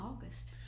August